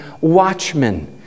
watchmen